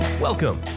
Welcome